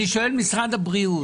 אני שואל את משרד הבריאות.